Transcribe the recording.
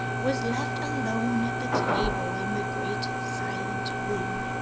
was left alone at the table in the great silent room.